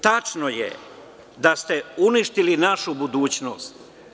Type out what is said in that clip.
Tačno je da ste uništili našu budućnost.